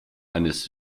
eines